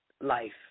life